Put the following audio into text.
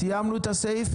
סיימנו את הסעיף?